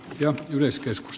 ja yleiskeskus